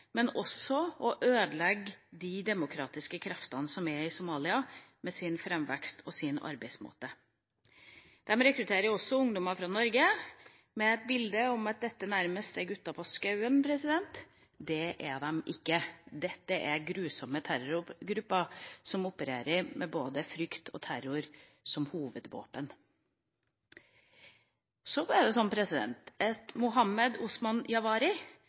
men også for å ødelegge de demokratiske kreftene som er i Somalia, med sin framvekst og sin arbeidsmåte. De rekrutterer også ungdommer fra Norge, med et bilde av at dette nærmest er «gutta på skauen» – det er de ikke; dette er grusomme terrorgrupper som opererer med både frykt og terror som hovedvåpen. Så er det sånn at Mohamed Osman